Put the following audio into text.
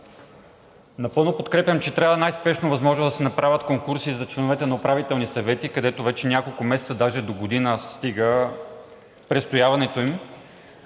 Напълно подкрепям, че възможно най-спешно трябва да се направят конкурси за членовете на управителни съвети, където вече няколко месеца, даже до година стига престояването им.